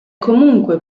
comunque